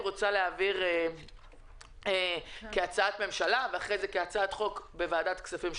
רוצה להעביר כהצעת ממשלה ואחרי זה כהצעת חוק בוועדת הכספים,